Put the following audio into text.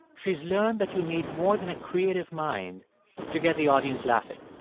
she's learned that you need more than a creative mind to get the audience laughing.